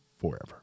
forever